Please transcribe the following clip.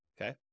Okay